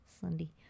Sunday